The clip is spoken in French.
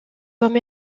comme